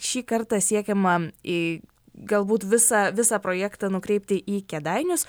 šį kartą siekiama į galbūt visą visą projektą nukreipti į kėdainius